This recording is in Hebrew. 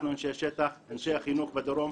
אנחנו אנשי השטח, אנשי החינוך בדרום.